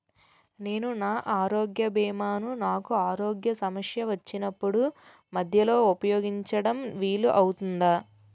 నేను నా ఆరోగ్య భీమా ను నాకు ఆరోగ్య సమస్య వచ్చినప్పుడు మధ్యలో ఉపయోగించడం వీలు అవుతుందా?